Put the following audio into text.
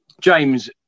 James